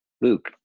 Luke